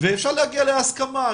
ואפשר להגיע להסכמה,